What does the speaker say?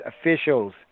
officials